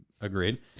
Agreed